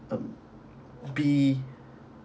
um be